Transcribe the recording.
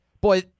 Boy